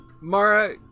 Mara